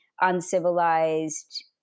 uncivilized